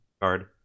card